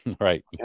Right